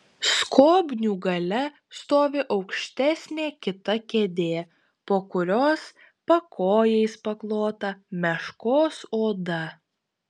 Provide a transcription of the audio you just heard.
skobnių gale stovi aukštesnė kita kėdė po kurios pakojais paklota meškos oda